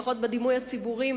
לפחות בדימוי הציבורי,